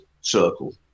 circle